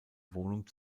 wohnung